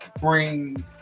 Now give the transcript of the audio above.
bring